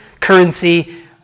currency